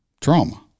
trauma